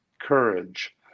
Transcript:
courage